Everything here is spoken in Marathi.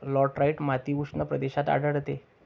लॅटराइट माती उष्ण प्रदेशात आढळते